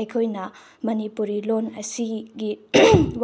ꯑꯩꯈꯣꯏꯅ ꯃꯅꯤꯄꯨꯔꯤ ꯂꯣꯟ ꯑꯁꯤꯒꯤ